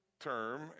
term